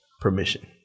permission